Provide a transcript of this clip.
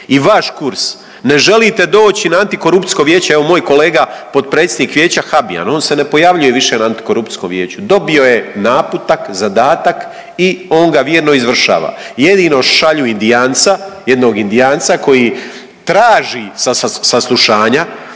i vaš kurs, ne želite doći na Antikorupcijsko vijeće, evo moj kolega potpredsjednik vijeća Habijan on s ne pojavljuje više na Antikorupcijskom vijeću, dobio je naputak, zadatak i on ga vjerno izvršava. Jedino šalju Indijanca, jednog Indijanca koji traži saslušanja